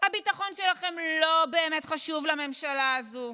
הביטחון שלכם לא באמת חשוב לממשלה הזו,